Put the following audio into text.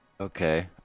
Okay